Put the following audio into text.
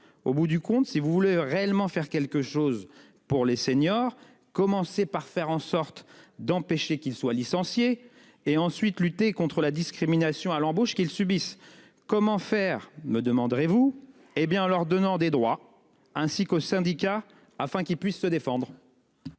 Au bout du compte si vous voulez réellement faire quelque chose pour les seniors. Commencez par faire en sorte d'empêcher qu'ils soient licenciés. Et ensuite, lutter contre la discrimination à l'embauche qu'ils subissent. Comment faire, me demanderez-vous, hé bien en leur donnant des droits ainsi qu'aux syndicats afin qu'ils puissent se défendre.